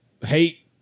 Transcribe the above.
hate